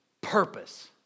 purpose